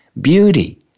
beauty